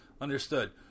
Understood